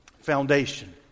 foundation